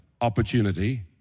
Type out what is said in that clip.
opportunity